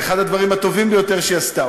זה אחד הדברים הטובים ביותר שהיא עשתה.